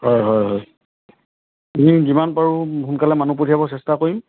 হয় হয় হয় আমি যিমান পাৰোঁ সোনকালে মানুহ পঠিয়াবলৈ চেষ্টা কৰিম